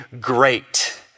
great